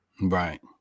Right